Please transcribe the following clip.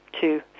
two